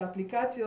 לאפליקציות,